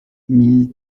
mille